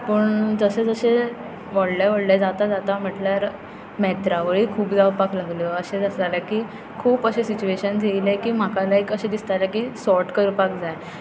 पूण जशें जशें व्हडलें व्हडलें जाता जाता म्हणल्यार मेत्रावली खूब जावपाक लागल्यो अशें जातालें की खूब अशे सिटीजनशीप आयल्यो म्हाका लायक अशें दिसतालें की सॉर्ट करपाक जाय